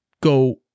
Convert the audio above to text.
go